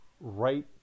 right